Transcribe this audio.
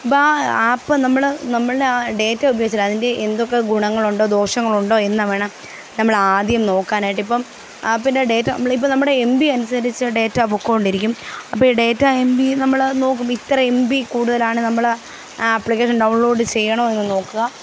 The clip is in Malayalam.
ആപ്പ് നമ്മൾ നമ്മളുടെ ആ ഡേറ്റ ഉപയോഗിച്ചിട്ട് അതിൻ്റെ എന്തൊക്കെ ഗുണങ്ങളുണ്ടോ ദോഷങ്ങളുണ്ടോ എന്നുവേണം നമ്മളാദ്യം നോക്കാനായിട്ട് ഇപ്പം ആപ്പിൻ്റെ ഡേറ്റ നമ്മളിപ്പം നമ്മുടെ എം ബി അനുസരിച്ച് ഡേറ്റ പോയിക്കൊണ്ടിരിക്കും അപ്പോൾ ഡേറ്റ എം ബി നമ്മൾ നോക്കും ഇത്ര എം ബി കൂടുതലാണ് നമ്മളുടെ ആപ്ലിക്കേഷൻ ഡൗൺലോഡ് ചെയ്യണോ എന്ന് നോക്കുക